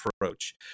approach